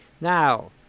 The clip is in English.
Now